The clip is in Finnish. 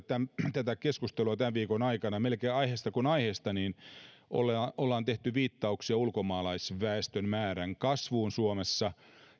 keskustelua tämän viikon aikana melkein aiheesta kuin aiheesta ollaan tehty viittauksia ulkomaalaisväestön määrän kasvuun suomessa